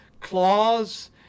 claws